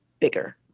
bigger